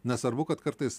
nesvarbu kad kartais